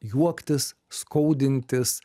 juoktis skaudintis